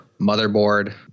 Motherboard